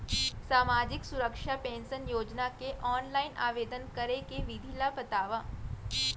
सामाजिक सुरक्षा पेंशन योजना के ऑनलाइन आवेदन करे के विधि ला बतावव